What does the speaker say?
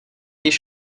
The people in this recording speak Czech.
již